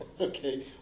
okay